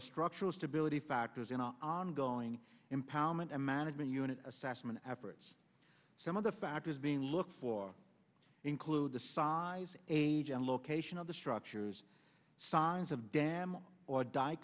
structural stability factors in our ongoing empowerment and management unit assessment efforts some of the factors being looked for include the size age and location of the structures signs of damage or die